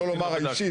שלא לומר האישית,